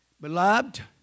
Beloved